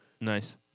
Nice